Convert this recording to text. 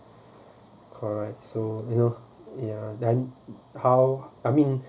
correct so you know ya then how I mean